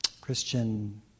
Christian